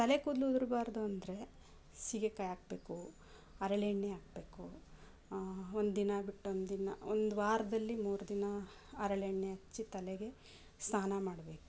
ತಲೆ ಕೂದಲು ಉದುರಬಾರ್ದು ಅಂದರೆ ಸೀಗೆಕಾಯಿ ಹಾಕ್ಬೇಕು ಹರಳೆಣ್ಣೆ ಹಾಕ್ಬೇಕು ಒಂದಿನ ಬಿಟ್ಟು ಒಂದಿನ ಒಂದು ವಾರದಲ್ಲಿ ಮೂರು ದಿನ ಹರಳೆಣ್ಣೆ ಹಚ್ಚಿ ತಲೆಗೆ ಸ್ನಾನ ಮಾಡಬೇಕು